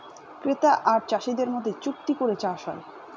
ক্রেতা আর চাষীদের মধ্যে চুক্তি করে চাষ হয়